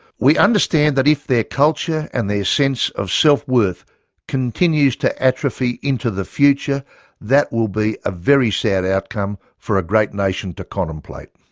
we understand that if their culture and their sense of self-worth continues to atrophy into the future that will be a very sad outcome for a great nation, to contemplate.